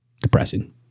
Depressing